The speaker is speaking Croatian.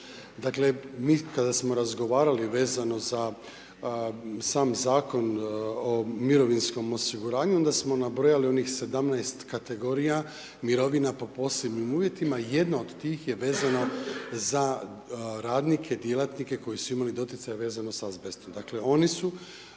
Dakle mi kada smo razgovarali vezano za sam zakon o mirovinskom osiguranju onda smo nabrojali onih 17 kategorija mirovina po posebnim uvjetima, jedna od tih je vezana za radnike, djelatnike koji su imali doticaja vezano s azbestom.